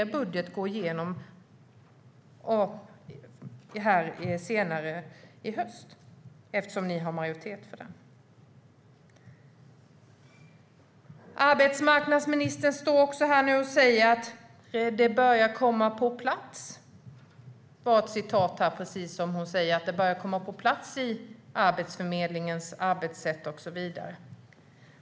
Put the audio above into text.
Er budget går igenom senare i höst eftersom ni har majoritet för den. Arbetsmarknadsministern säger att Arbetsförmedlingens arbetssätt börjar komma på plats.